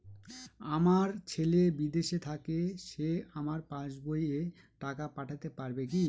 আমার ছেলে বিদেশে থাকে সে আমার পাসবই এ টাকা পাঠাতে পারবে কি?